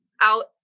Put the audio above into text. out